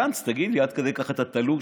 גנץ, תגיד לי, עד כדי כך אתה תלוש?